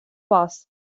вас